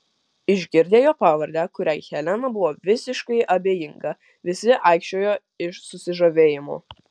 išgirdę jo pavardę kuriai helena buvo visiškai abejinga visi aikčiojo iš susižavėjimo